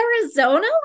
Arizona